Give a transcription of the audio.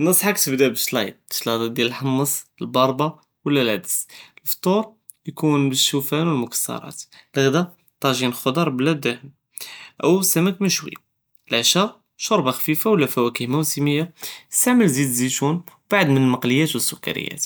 ננצחכ תבדה בשלאיד, שלדה דיאל אלחומס, דאלברבה ו לא אלעדס. אלפתור, יקון בשופא ו אלמקסראת. אלגדא, טאג'ין אלחדר בלא דהן, או סמכ משוי. אלעשה שורבה חפיפה ו לא פוואכ מהוסמיה, אסטעמל זית אלזיתון, ו בד מנ אלמקלי ואת סוכריאת,